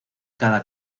cada